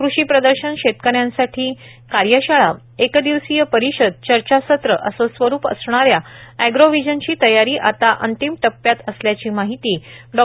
कृषी प्रदर्शन शेतकऱ्यांसाठी कार्यशाळा एकदिवसीय परिषद चर्चासत्र असे स्वरूप असणाऱ्या अग्रोव्हिजनची तयारी आता अंतिम टप्प्यात असल्याची माहिती डॉ